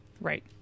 Right